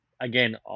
again